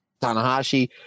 Tanahashi